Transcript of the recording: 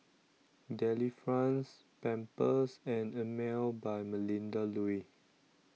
Delifrance Pampers and Emel By Melinda Looi